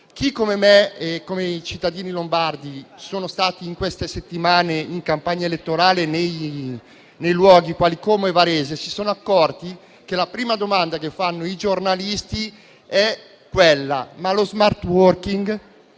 Chi, come me e i cittadini lombardi, in queste settimane è stato in campagna elettorale nei luoghi quali Varese, si è accorto che la prima domanda che fanno i giornalisti è quella: ma lo *smart working*?